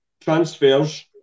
transfers